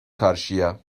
karşıya